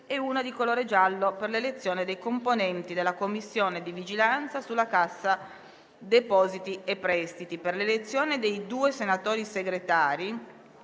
e una di colore giallo, per l'elezione dei componenti della Commissione di vigilanza sulla Cassa depositi e prestiti. Per l'elezione dei due senatori Segretari,